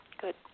Good